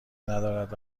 ندارد